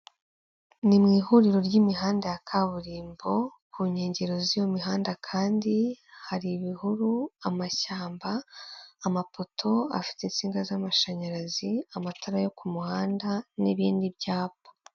Ni mu ihuriro ry'imihanda ya kaburimbo ku nkengero z'iyo mihanda kandi, hari ibihuru amashyamba amapoto afite insinga z'amashanyarazi, amatara yo ku muhanda n'ibindi byapa.